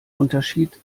unterschied